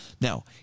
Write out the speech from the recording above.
Now